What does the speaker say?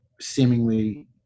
seemingly